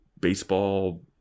baseball